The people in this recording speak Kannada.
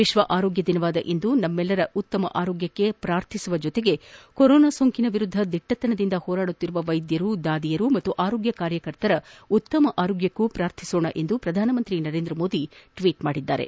ವಿಶ್ವ ಆರೋಗ್ಯ ದಿನವಾದ ಇಂದು ನಮ್ಮೆಲ್ಲರ ಉತ್ತಮ ಆರೋಗ್ಯಕ್ಕೆ ಪೂರ್ಧಿಸುವ ಜತೆಗೆ ಕೊರೋನಾ ಸೋಂಕಿನ ವಿರುದ್ದ ದಿಟ್ಟತನದಿಂದ ಹೋರಾಡುತ್ತಿರುವ ವೈದ್ಯರು ಶುಶೂಷಕಿಯರು ಹಾಗೂ ಆರೋಗ್ಯ ಕಾರ್ಯಕರ್ತರ ಉತ್ತಮ ಆರೋಗ್ಯಕ್ಕೂ ಪಾರ್ಥಿಸೋಣ ಎಂದು ಪ್ರಧಾನಿ ನರೇಂದ್ರ ಮೋದಿ ಟ್ವೀಟ್ ಮಾಡಿದ್ದಾರೆ